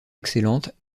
excellente